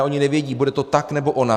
Oni nevědí bude to tak, nebo onak?